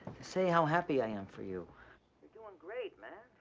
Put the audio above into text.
to say how happy i am for you. you're doing great, man.